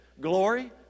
glory